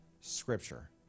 Scripture